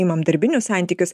imam darbinius santykius